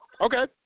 Okay